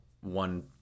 one